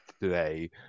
today